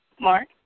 Mark